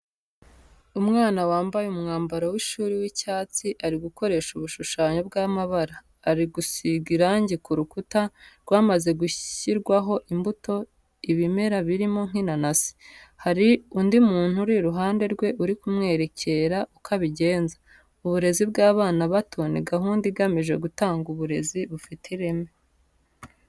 Umwana wambaye umwambaro w’ishuri w’icyatsi, ari gukoresha ubushushanyo bw’amabara. Ari gusiga irangi ku rukuta, rwamaze gushyirwaho imbuto, ibimera birimo nk’inanasi. Hari undi muntu uri iruhande rwe uri kumwerekera uko abigenza. Uburezi bw’abana bato ni gahunda igamije gutanga uburezi bufite ireme.